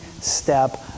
step